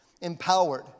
Empowered